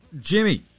Jimmy